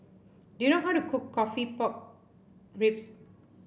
do you know how to cook coffee Pork Ribs